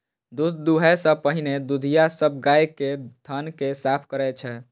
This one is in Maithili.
दूध दुहै सं पहिने दुधिया सब गाय के थन कें साफ करै छै